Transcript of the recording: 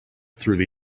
through